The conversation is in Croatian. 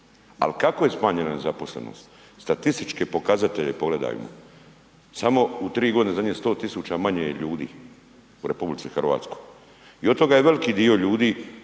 Al kako je smanjena nezaposlenost? Statističke pokazatelje pogledajmo, samo u 3.g. zadnje 100 000 manje je ljudi u RH i od toga je veliki dio ljudi